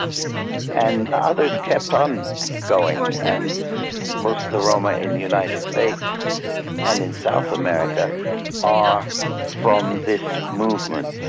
and others kept on going and most of the roma in the united states and in south america are from this movement,